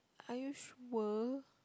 are you sure